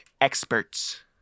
experts